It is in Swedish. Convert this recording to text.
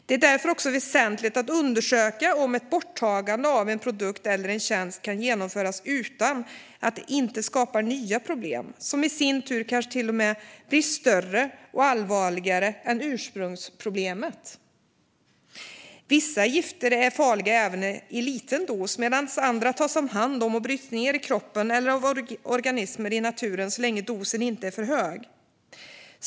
Det är därför också väsentligt att undersöka om ett borttagande av en produkt eller en tjänst kan genomföras utan att det skapar nya problem, som i sin tur kanske till och med blir större och allvarligare än ursprungsproblemet. Vissa gifter är farliga även i liten dos, medan andra tas om hand och bryts ned i kroppen eller av organismer i naturen så länge dosen inte är för hög.